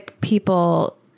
people